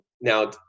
Now